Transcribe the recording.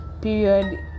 period